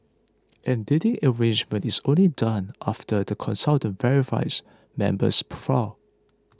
and dating arrangement is only done after the consultant verifies member's profile